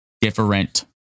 Different